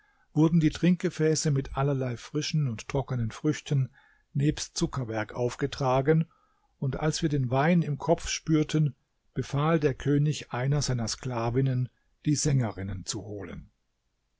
wurden die trinkgefäße mit allerlei frischen und trockenen früchten nebst zuckerwerk aufgetragen und als wir den wein im kopf spürten befahl der könig einer seiner sklavinnen die sängerinnen zu holen